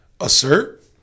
assert